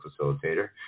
facilitator